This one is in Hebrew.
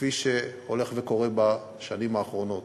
כפי שהולך וקורה בשנים האחרונות.